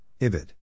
IBID